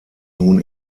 nun